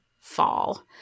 fall